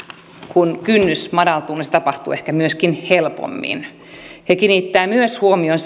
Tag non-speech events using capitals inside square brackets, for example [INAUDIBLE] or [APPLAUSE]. kun kynnys madaltuu niin se tapahtuu ehkä myöskin helpommin he kiinnittävät myös huomion [UNINTELLIGIBLE]